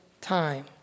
time